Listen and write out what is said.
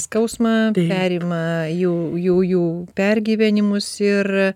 skausmą perimą jų jų jus pergyvenimus ir